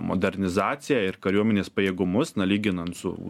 modernizaciją ir kariuomenės pajėgumus na lyginant su